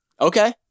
okay